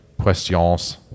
questions